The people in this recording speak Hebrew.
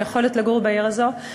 היכולת לגור בעיר הזאת.